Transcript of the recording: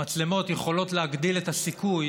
המצלמות יכולות להגדיל את הסיכוי